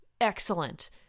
excellent